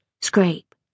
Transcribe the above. scrape